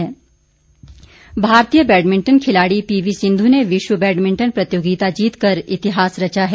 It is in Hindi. बैडमिंटन भारतीय बैडमिंटन खिलाड़ी पीवी सिंधु ने विश्व बैडमिंटन प्रतियोगिता जीत कर इतिहास रचा है